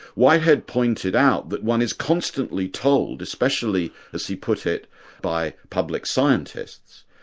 whitehead pointed out that one is constantly told especially as he put it by public scientists,